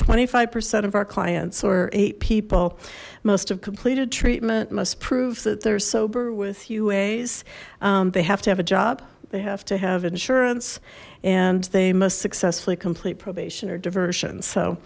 twenty five percent of our clients or eight people most of completed treatment must prove that they're sober with uae's they have to have a job they have to have insurance and they must successfully complete probation or diversion so